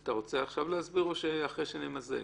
אתה רוצה עכשיו להסביר או אחרי שנמזג?